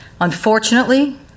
Unfortunately